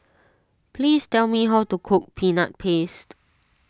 please tell me how to cook Peanut Paste